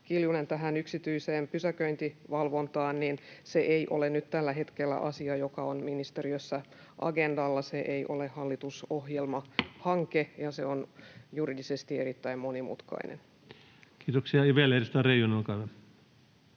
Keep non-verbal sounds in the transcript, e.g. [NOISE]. Kiljunen, tähän yksityiseen pysäköintivalvontaan, niin se ei ole nyt tällä hetkellä asia, joka on ministeriössä agendalla. Se ei ole hallitusohjelmahanke, [NOISE] ja se on juridisesti erittäin monimutkainen. Kiitoksia. — Ja vielä edustaja Reijonen, olkaa